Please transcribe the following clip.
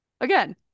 Again